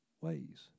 ways